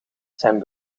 zijn